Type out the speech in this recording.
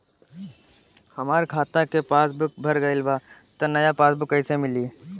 हमार खाता के पासबूक भर गएल बा त नया पासबूक कइसे मिली?